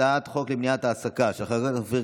הצעת חוק למניעת העסקה בתחום החינוך והטיפול של